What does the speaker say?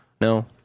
No